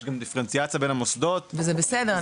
יש דיפרנציאציה בין המוסדות --- וזה בסדר,